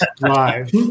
Live